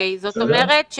זאת אומרת,